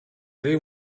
they